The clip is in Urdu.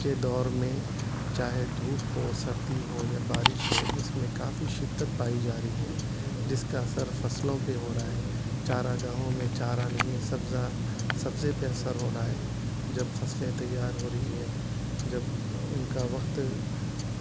کے دور میں چاہے دھوپ ہو سردی ہو یا بارش ہو اس میں کافی شدت پائی جا رہی ہے جس کا اثر فصلوں پہ ہو رہا ہے چارا گاہوں میں چارا نہیں سبزہ سبزے پہ اثر ہو رہا ہے جب فصلیں تیار ہو رہی ہیں جب ان کا وقت